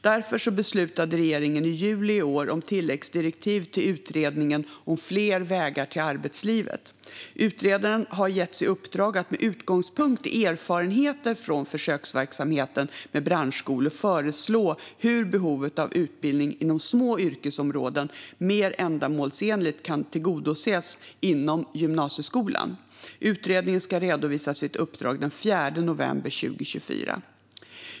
Därför beslutade regeringen i juli i år om tilläggsdirektiv till Utredningen om fler vägar till arbetslivet. Utredaren har getts i uppdrag att med utgångspunkt i erfarenheter från försöksverksamheten med branschskolor föreslå hur behovet av utbildning inom små yrkesområden mer ändamålsenligt ska kunna tillgodoses inom gymnasieskolan. Utredningen ska redovisa sitt uppdrag den 4 november 2024.